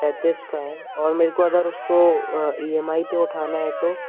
पैंतीस का है और मेरे को अगर उसको ई एम आई पर उठाना है तो